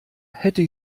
hätte